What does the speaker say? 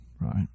right